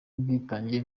ubwitange